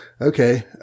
okay